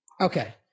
Okay